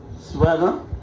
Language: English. sweater